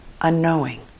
unknowing